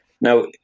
Now